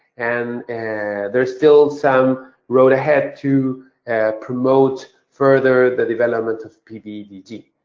and and there's still some road ahead to promote further the development of pv dg.